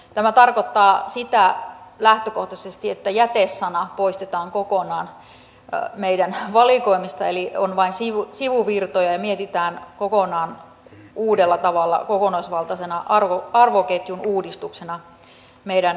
tämä tarkoittaa lähtökohtaisesti sitä että jäte sana poistetaan kokonaan meidän valikoimistamme eli on vain sivuvirtoja ja mietitään kokonaan uudella tavalla kokonaisvaltaisena arvoketjun uudistuksena meidän materiaalivirtoja